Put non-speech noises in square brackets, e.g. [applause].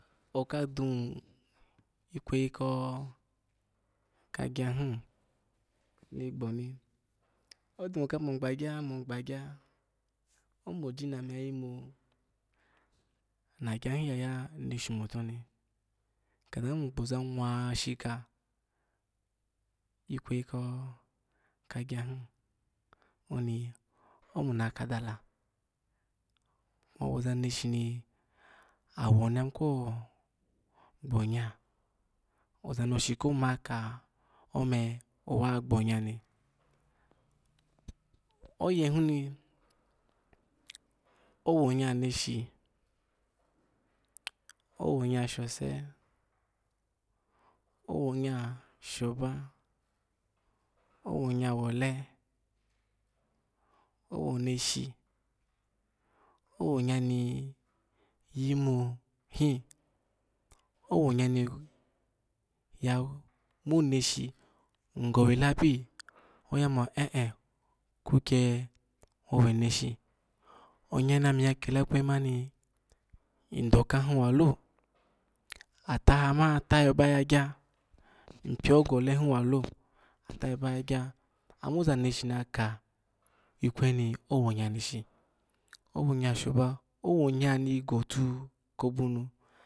Oka du ikweyi ko kagyahi ni gbni odu mo kamu gbagyi [noise] inmu gba gyo omo jinina mi ya yimu na gyo hin yaya mishu motu ni ny kada nu mu gboza ngwashika ikweryi ka gya him oni omu na kada la, owo za neshini awo mi yayimuko gbonya oaz na shi koma ka moe owa ogbonya ni oyehini owo nya neshi owo [noise] nya shse owonya shoba owonya wole owoneshi owionya mi yimu him owonya niya mu neshi hin gowe labi oya mo ari an kukya wowe neshi onya namiu ta kela ikwryi hi ma ni ny do ka hin walo ma ata yayo baya gya, ny pw gole walo atayayo baya gya ama ozaneshi ni yaka ikweyi honi owo nya neshi owonya shoba owo nya ni gotu kovunu